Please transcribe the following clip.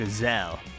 gazelle